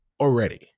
already